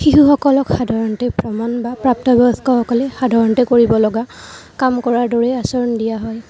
শিশুসকলক সাধাৰণতে ভ্ৰমণ বা প্ৰাপ্তবয়স্কসকলে সাধাৰণতে কৰিব লগা কাম কৰাৰ দৰে আচৰণ দিয়া হয়